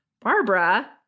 Barbara